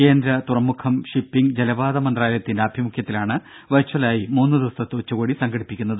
കേന്ദ്ര തുറമുഖം ഷിപ്പിങ്ങ് ജലപാത മന്ത്രാലയത്തിന്റെ ആഭിമുഖ്യത്തിലാണ് വെർച്വലായി മൂന്ന് ദിവസത്തെ ഉച്ചകോടി സംഘടിപ്പിക്കുന്നത്